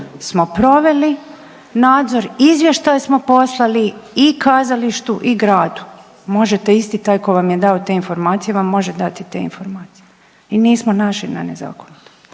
smo proveli nadzor, izvještaj smo poslali i Kazalištu i Gradu. Možete isti taj tko vam je dao te informacije vam može dati te informacije. I nismo našli na nezakonitost.